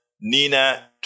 Nina